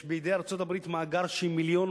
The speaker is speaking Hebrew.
יש בידי ארצות-הברית מאגר של 1.2 מיליון